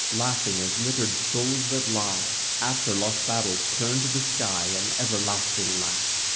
laughing, as littered skulls that lie after lost battles turn to the sky an everlasting laugh.